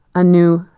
a new,